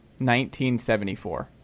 1974